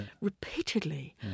repeatedly